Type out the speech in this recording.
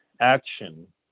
action